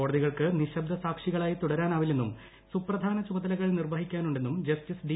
കോടതികൾക്ക് നിശബ്ദ സാക്ഷികളായി തുടരാനാവില്ലെന്നും സുപ്രധാന ചുമതലകൾ നിർവ്വഹിക്കാനുണ്ടെന്നും ജസ്റ്റീസ് ഡി